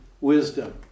wisdom